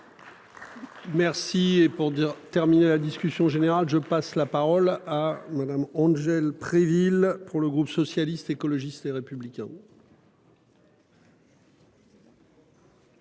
Merci et pour dire terminé la discussion générale, je passe la parole à Madame. Angèle Préville pour le groupe socialiste, écologiste et républicain.